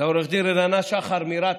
לעו"ד רננה שחר מרת"א,